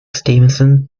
stevenson